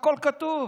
הכול כתוב.